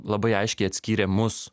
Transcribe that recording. labai aiškiai atskyrė mus